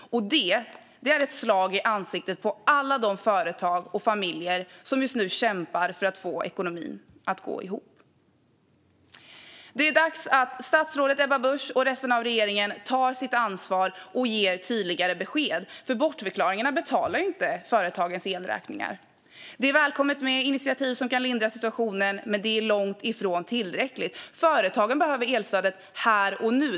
Det är ett slag i ansiktet på alla de företag och familjer som just nu kämpar för att få ekonomin att gå ihop. Det är dags att statsrådet Ebba Busch och resten av regeringen tar sitt ansvar och ger tydligare besked, för bortförklaringar betalar inte företagens elräkningar. Det är välkommet med initiativ som kan lindra situationen, men det är långt ifrån tillräckligt. Företagen behöver elstödet här och nu.